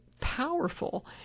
powerful